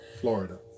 florida